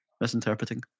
misinterpreting